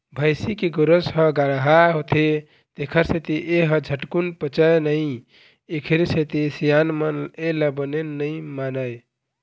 भइसी के गोरस ह गाड़हा होथे तेखर सेती ए ह झटकून पचय नई एखरे सेती सियान मन एला बने नइ मानय